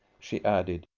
she added.